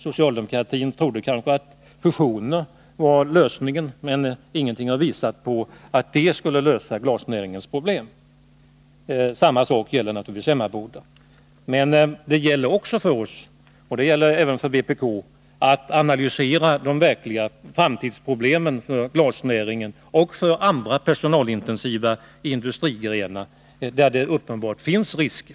Socialdemokratin trodde kanske att fusioner var lösningen, men ingenting har visat på att fusioner skulle kunna lösa glasnäringens problem. Samma sak är det naturligtvis med Emmaboda. Det gäller för oss och det gäller även för vpk att analysera de verkliga framtidsproblemen för glasnäringen och för andra personalintensiva industrigrenar, där det uppenbarligen finns risker.